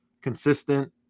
consistent